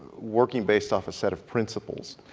working based off a set of principles.